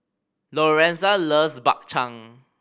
Lorenza loves Bak Chang